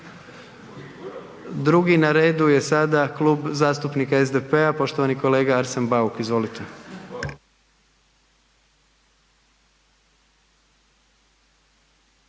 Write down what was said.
Drugi na redu je sada Klub zastupnika SDP-a, poštovani kolega Arsen Bauk, izvolite.